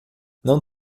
não